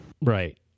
Right